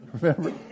Remember